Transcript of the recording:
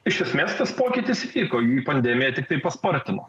iš esmės tas pokytis įvyko jį pandemija tiktai paspartino